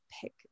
pick